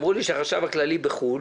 אמרו לי שהחשב הכללי נמצא בחו"ל.